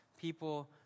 people